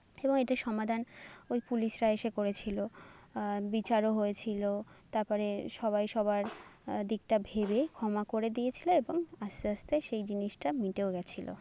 এবং এটার সমাধান ওই পুলিশরা এসে করেছিলো বিচারও হয়েছিলো তারপরে সবাই সবার দিকটা ভেবেই ক্ষমা করে দিয়েছিলো এবং আস্তে আস্তে সেই জিনিসটা মিটেও গেছিলো